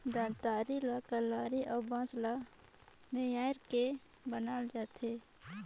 दँतरी ल लकरी अउ बांस ल मेराए के बनाल जाथे